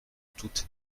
toute